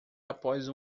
após